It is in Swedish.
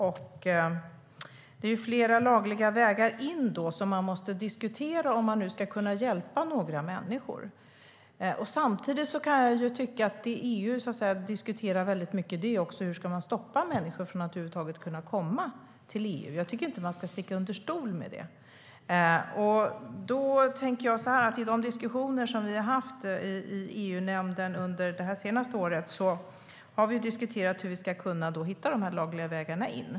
Frågan om fler lagliga vägar in måste diskuteras om man ska kunna hjälpa människor. EU diskuterar samtidigt mycket hur människor ska stoppas från att komma till EU. Jag tycker inte att man ska sticka under stol med det. Vi har i EU-nämnden diskuterat lagliga vägar in.